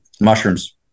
mushrooms